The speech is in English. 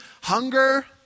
hunger